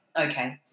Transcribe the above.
Okay